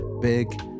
big